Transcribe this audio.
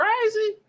crazy